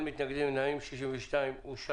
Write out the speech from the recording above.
אין מתנגדים, אין נמנעים, סעיף 62 אושר.